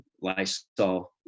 Lysol